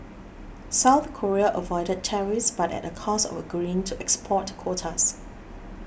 South Korea avoided tariffs but at a cost of agreeing to export quotas